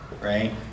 Right